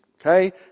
okay